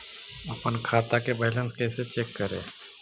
अपन खाता के बैलेंस कैसे चेक करे?